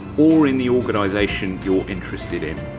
or in the organisation you're interested in.